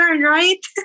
right